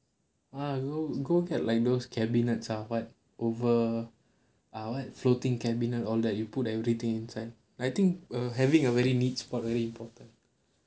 ya you go go get like those cabinets ah what over ah what floating cabinet all that you put everything inside I think err having a very neat spot very important